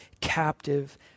captive